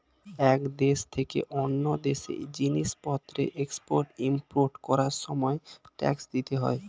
এক দেশ থেকে অন্য দেশে জিনিসপত্রের এক্সপোর্ট ইমপোর্ট করার সময় ট্যাক্স দিতে হয়